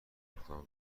آپارتمان